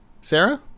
Sarah